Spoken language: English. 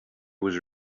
was